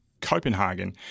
Copenhagen